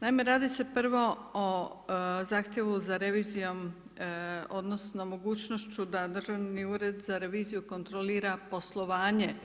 Naime, radi se prvo o zahtjevu za revizijom, odnosno mogućnošću da Državni ured za reviziju kontrolira poslovanje